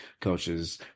coaches